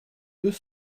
deux